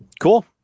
Cool